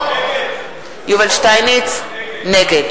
שטייניץ, נגד